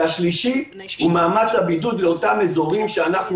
השלישי הוא מאמץ הבידוד לאותם אזורים שאנחנו